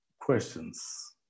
questions